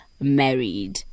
married